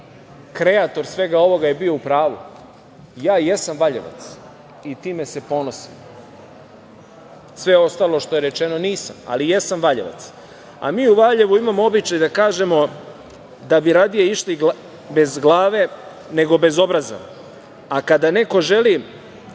Kreator svega ovoga je bio u pravu. Ja jesam Valjevac i time se ponosim, sve ostalo što je rečeno nisam, ali jesam Valjevac, a mi u Valjevu imamo običaj da kažemo da bi radije išli bez glave, nego bez obraza. A, kada neko želi